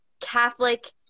Catholic